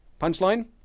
Punchline